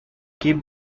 keep